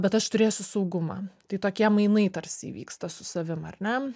bet aš turėsiu saugumą tai tokie mainai tarsi įvyksta su savim ar ne